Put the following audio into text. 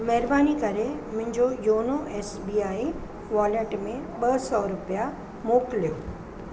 महिरबानी करे मुंहिंजो YONO S B I wallet में ॿ सौ रुपिया मोकिलियो